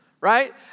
Right